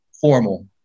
formal